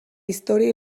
història